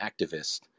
activist